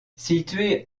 située